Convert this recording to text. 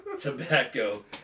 tobacco